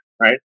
right